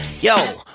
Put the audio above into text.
yo